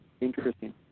interesting